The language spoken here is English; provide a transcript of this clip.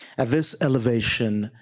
at this elevation,